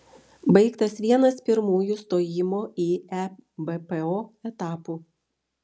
baigtas vienas pirmųjų stojimo į ebpo etapų